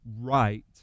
right